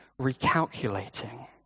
recalculating